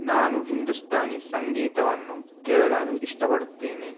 ನಾನು ಹಿಂದೂಸ್ತಾನಿ ಸಂಗೀತವನ್ನು ಕೇಳಲು ಇಷ್ಟಪಡುತ್ತೇನೆ